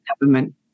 government